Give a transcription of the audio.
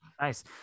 Nice